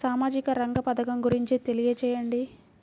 సామాజిక రంగ పథకం గురించి తెలియచేయండి?